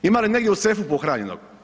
Ima li negdje u sefu pohranjenog?